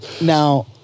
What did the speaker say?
Now